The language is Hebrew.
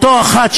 או אותה אחת,